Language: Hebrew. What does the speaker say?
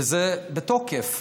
וזה בתוקף.